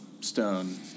Stone